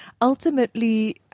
ultimately